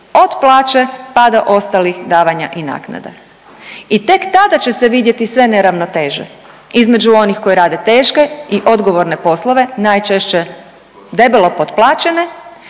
od plaće pa do ostalih davanja i naknada. I tek tada će se vidjet sve neravnoteže između onih koji rade teške i odgovorne poslove, najčešće debelo potplaćene